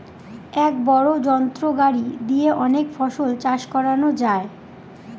এক বড় যন্ত্র গাড়ি দিয়ে অনেক ফসল চাষ করানো যায়